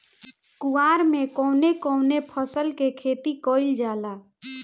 कुवार में कवने कवने फसल के खेती कयिल जाला?